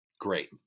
Great